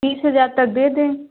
तीस हज़ार तक दे दें